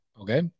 Okay